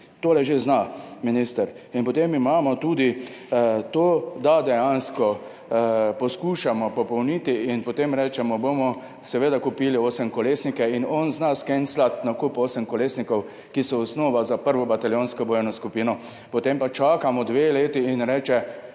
Tole že zna minister. In potem imamo tudi to, da dejansko poskušamo popolniti in potem rečemo, bomo seveda kupili osemkolesnike in on zna skenslati nakup osemkolesnikov, ki so osnova za prvo bataljonsko bojno skupino. Potem pa čakamo dve leti in reče,